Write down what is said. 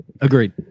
agreed